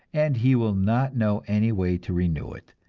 and he will not know any way to renew it.